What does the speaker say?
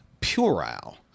puerile